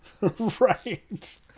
Right